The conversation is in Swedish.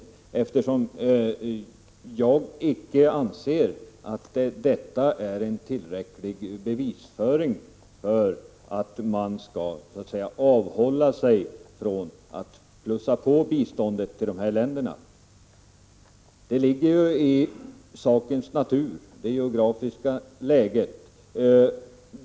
Jag anser nämligen inte att detta utgör tillräckliga skäl för att man skall avhålla sig från att utöka biståndet till dessa länder. Det ligger ju i sakens natur på grund av det geografiska läget.